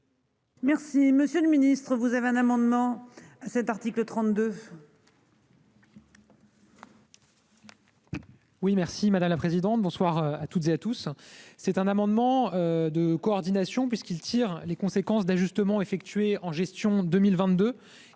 Merci Monsieur le Ministre, vous avez un amendement cet article 32.--